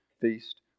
feast